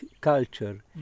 culture